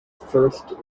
first